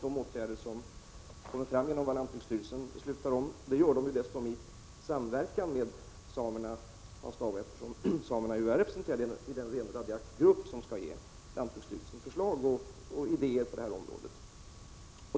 Lantbruksstyrelsens beslut fattas dessutom i samverkan med samerna, Hans Dau, eftersom samerna är representerade i den renradiakgrupp som skall ge lantbruksstyrelsen förslag och idéer på det här området.